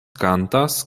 kantas